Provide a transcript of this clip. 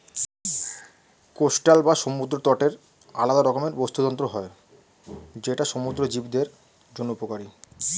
coastal বা সমুদ্র তটের আলাদা রকমের বাস্তুতন্ত্র হয় যেটা সমুদ্র জীবদের জন্য উপকারী